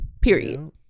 period